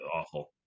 awful